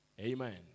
Amen